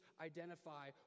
identify